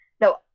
no